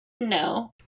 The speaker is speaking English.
No